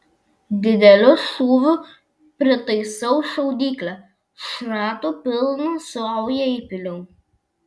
dideliu šūviu pritaisiau šaudyklę šratų pilną saują įpyliau